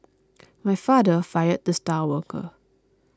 my father fired the star worker